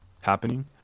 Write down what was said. happening